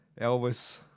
Elvis